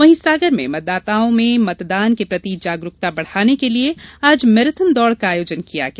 वहीं सागर में मतदाताओं में मतदान के प्रति जागरूकता बढाने के लिये आज मैराथन दौड़ का आयोजन किया गया